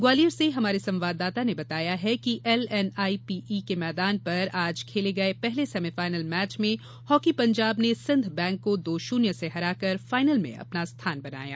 ग्वालियर से हमारे संवाददाता ने बताया है कि एलएनआईपीई के मैदान पर आज खेले गये पहले सेमीफाइनल मैच में hockey Punjab and Sind bank को दो शून्य से हराकर फाइनल में अपना स्थान बनाया